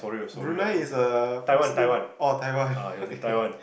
Brunei is a muslim oh Taiwan